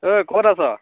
ঐ ক'ত আছ